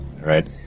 right